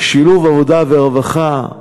שילוב עבודה ורווחה,